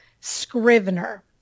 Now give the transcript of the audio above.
Scrivener